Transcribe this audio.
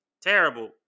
terrible